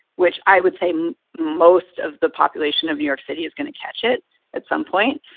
which i would say most of the population of new york city is going to catch it at some point.